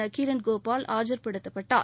Nakkheeran Gopal ஆஜர்படுத்தப்பட்டார்